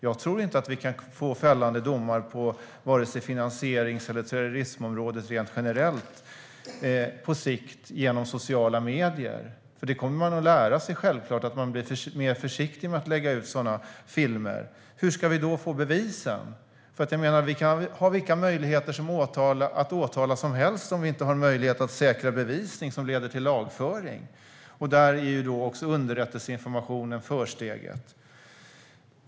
Jag tror inte att vi på sikt kan få fällande domar på vare sig finansieringsområdet eller terrorismområdet rent generellt genom sociala medier, för de kommer att lära sig att vara mer försiktiga med att lägga ut sådana filmer. Hur ska vi då få bevisen? Vi kan ha vilka möjligheter att åtala som helst, men har vi inga möjligheter att säkra bevisning som leder till lagföring är det inget värt. Här är underrättelseinformationen försteget.